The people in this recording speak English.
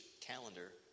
calendar